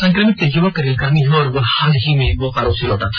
संक्रमित युवक रेलकर्मी है और वह हाल ही में बोकारो से लौटा था